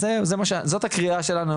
אז זאת הקריאה שלנו,